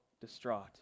distraught